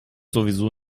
sowieso